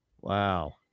Wow